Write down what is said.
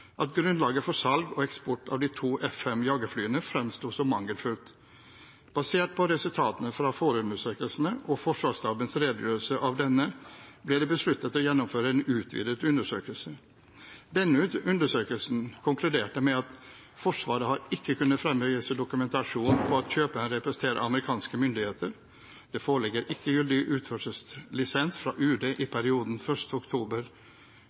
at grunnlaget for salg og eksport av de to F-5 jagerflyene fremsto som mangelfullt. Basert på resultatene fra forundersøkelsen og Forsvarsstabens redegjørelse av denne ble det besluttet å gjennomføre en utvidet undersøkelse. Denne undersøkelsen konkluderte med: Forsvaret har ikke kunnet fremvise dokumentasjon på at kjøperen representerer amerikanske myndigheter. Det foreligger ikke gyldig utførselslisens fra UD i perioden 1. oktober